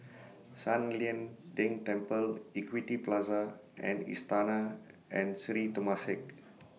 San Lian Deng Temple Equity Plaza and Istana and Sri Temasek